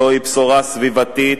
זוהי בשורה סביבתית,